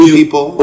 people